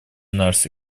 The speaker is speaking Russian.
наш